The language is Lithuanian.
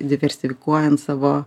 diversifikuojant savo